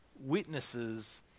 witnesses